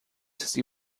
sie